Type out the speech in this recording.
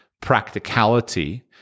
practicality